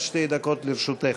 עד שתי דקות לרשותך.